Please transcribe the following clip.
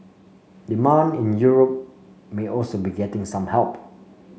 demand in Europe may also be getting some help